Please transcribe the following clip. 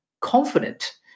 confident